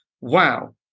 Wow